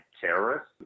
terrorists